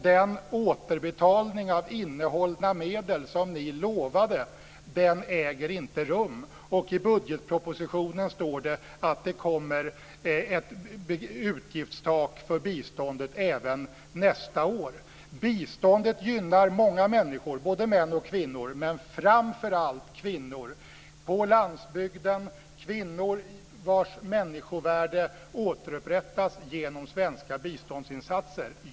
Det återbetalning av innehållna medel som ni lovade äger inte rum. I budgetpropositionen står det att det kommer ett utgiftstak för biståndet även nästa år. Biståndet gynnar många människor, både män och kvinnor, men framför allt kvinnor. Det är kvinnor på landsbygden, kvinnor vars människovärde återupprättas genom svenska biståndsinsatser.